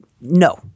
No